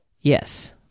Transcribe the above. Yes